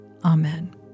Amen